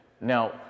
Now